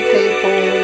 people